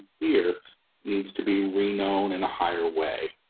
fear needs to be renewed in a higher way.